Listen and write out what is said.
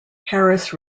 harris